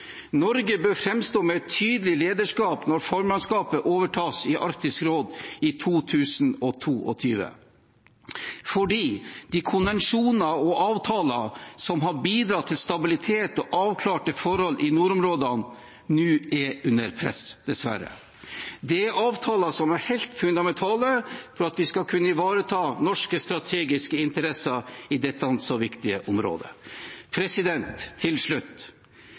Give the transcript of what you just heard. Norge bør framstå med et tydelig lederskap når formannskapet overtas i Arktisk råd i 2022, fordi de konvensjoner og avtaler som har bidratt til stabilitet og avklarte forhold i nordområdene, nå er under press – dessverre. Dette er avtaler som er helt fundamentale for at vi skal kunne ivareta norske strategiske interesser i dette så viktige området. Til slutt: